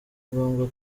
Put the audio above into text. ngombwa